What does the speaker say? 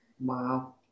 wow